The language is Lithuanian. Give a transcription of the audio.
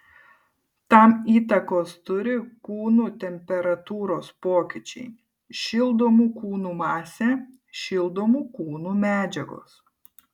tam įtakos turi kūnų temperatūros pokyčiai šildomų kūnų masė šildomų kūnų medžiagos